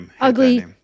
ugly